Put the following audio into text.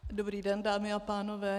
Dobrý den, dámy a pánové.